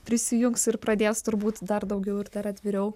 prisijungs ir pradės turbūt dar daugiau ir dar atviriau